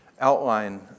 outline